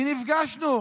ונפגשנו